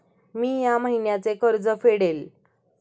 मी या महिन्याचे कर्ज फेडले